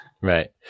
Right